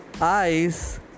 eyes